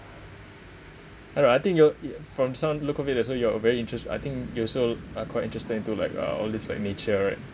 err I think you're from some look of it that's also you're very interest~ I think you also are quite interested into like uh all this like nature right